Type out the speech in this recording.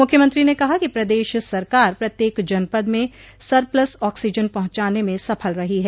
मुख्यमंत्री ने कहा कि प्रदेश सरकार प्रत्येक जनपद में सरपल्स ऑक्सीजन पहुंचाने में सफल रही है